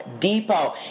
Depot